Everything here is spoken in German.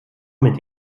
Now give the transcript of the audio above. mit